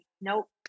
nope